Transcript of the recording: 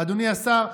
אדוני השר?